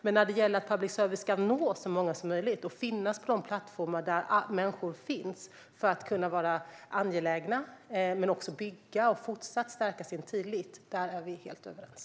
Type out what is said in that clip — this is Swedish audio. Men när det gäller att public service ska nå så många som möjligt och finnas på de plattformar där människor finns för att kunna vara angelägna men också bygga och fortsätta stärka tilliten till dem är vi helt överens.